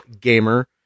gamer